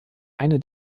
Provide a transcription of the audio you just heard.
eine